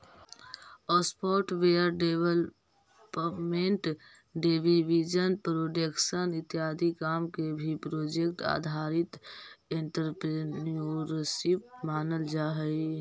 software development television production इत्यादि काम के भी प्रोजेक्ट आधारित एंटरप्रेन्योरशिप मानल जा हई